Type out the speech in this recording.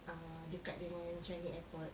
uh dekat dengan changi airport